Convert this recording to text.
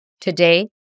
Today